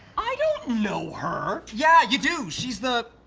i don't know her! yeah you do! she's the.